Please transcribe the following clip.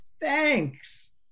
thanks